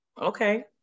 okay